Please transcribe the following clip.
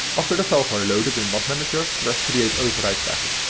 after the files are loaded in mod manager press create override packet.